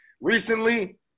recently